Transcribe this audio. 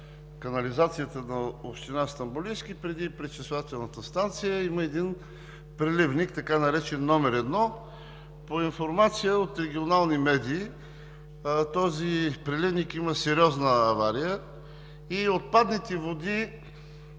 канализацията на община Стамболийски преди пречиствателната станция има един преливник, така наречен номер едно. По информация от регионални медии този преливник има сериозна авария и отпадните води